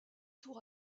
tour